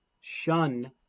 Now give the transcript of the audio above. shun